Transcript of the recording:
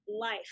life